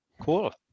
Cool